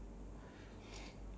of free things